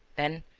then,